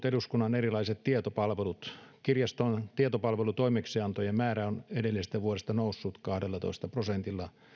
eduskunnan erilaiset tietopalvelut kirjaston tietopalvelutoimeksiantojen määrä on edellisistä vuosista noussut kahdellatoista prosentilla